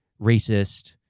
racist